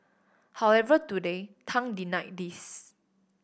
however today Tang denied these